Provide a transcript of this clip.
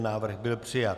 Návrh byl přijat.